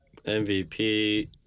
MVP